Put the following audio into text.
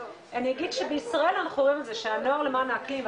אני אגיד שהנוער למען האקלים,